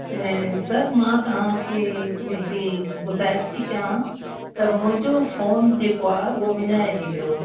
ऐं सर मां तव्हांखे हिकिड़ी गुजारिश थी कया त मुंहिंजो फ़ोन जेको आहे उहो विञाइजी वियो